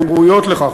הן ראויות לכך.